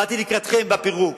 באתי לקראתכם בפירוק,